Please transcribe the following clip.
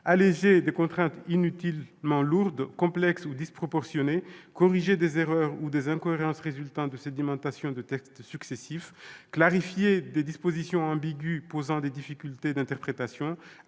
alléger des contraintes inutilement lourdes, complexes ou disproportionnées, corriger des erreurs ou des incohérences résultant de la sédimentation de textes successifs, clarifier des dispositions ambiguës posant des difficultés d'interprétation,